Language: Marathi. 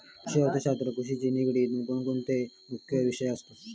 कृषि अर्थशास्त्रात कृषिशी निगडीत कोणकोणते मुख्य विषय असत?